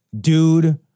dude